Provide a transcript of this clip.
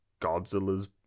Godzilla's